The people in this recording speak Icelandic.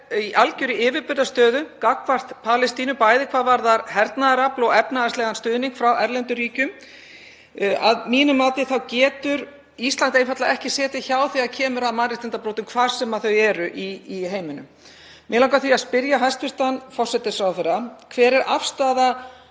í algjörri yfirburðastöðu gagnvart Palestínu, bæði hvað varðar hernaðarafl og efnahagslegan stuðning frá erlendum ríkjum. Að mínu mati getur Ísland einfaldlega ekki setið hjá þegar kemur að mannréttindabrotum, hvar sem þau eru í heiminum. Mig langar því að spyrja hæstv. forsætisráðherra: Hver er afstaða